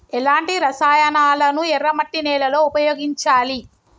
ఎలాంటి రసాయనాలను ఎర్ర మట్టి నేల లో ఉపయోగించాలి?